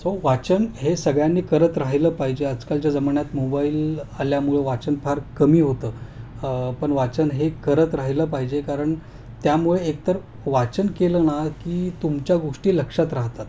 so वाचन हे सगळ्यांनी करत राहिलं पाहिजे आजकालच्या जमान्यात मोबाईल आल्यामुळे वाचन फार कमी होतं पण वाचन हे करत राहिलं पाहिजे कारण त्यामुळे एकतर वाचन केलं ना की तुमच्या गोष्टी लक्षात राहतात